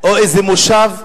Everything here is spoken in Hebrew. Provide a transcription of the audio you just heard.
או איזה מושב?